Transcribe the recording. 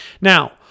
Now